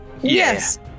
Yes